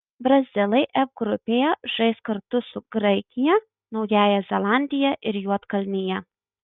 brazilai f grupėje žais kartu su graikija naująja zelandija ir juodkalnija